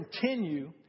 continue